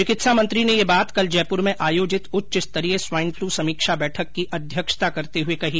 चिकित्सा मंत्री ने यह बात कल जयपुर में आयोजित उच्च स्तरीय स्वाईन पलू समीक्षा बैठक की अध्यक्षता करते हुए कही